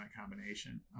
combination